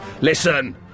Listen